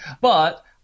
But-